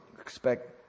expect